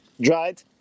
dried